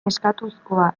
eskastuzkoa